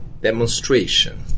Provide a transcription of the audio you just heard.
demonstration